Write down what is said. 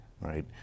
right